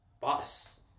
boss